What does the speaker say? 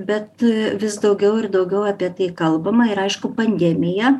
bet vis daugiau ir daugiau apie tai kalbama ir aišku pandemija